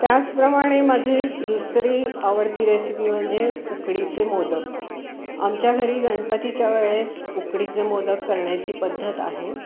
त्याचप्रमाणे माझी दुसरी आवडती रेसिपी म्हणजे उकडीचे मोदक आमच्या घरी गणपतीच्या वेळेस उकडीचे मोदक करण्याची पद्धत आहे